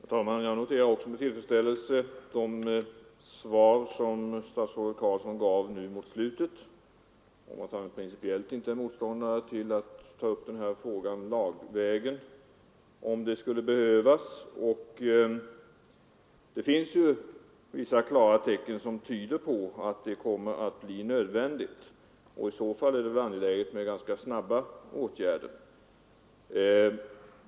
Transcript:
Herr talman! Även jag noterar med tillfredsställelse det besked som statsrådet Carlsson gav nu senast, alltså att han principiellt inte är motståndare till att ta upp denna fråga lagstiftningsvägen, om det skulle behövas. Det finns klara tecken som tyder på att det kommer att bli nödvändigt att göra det, och i så fall är det angeläget med ganska snabba åtgärder.